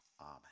Amen